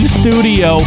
studio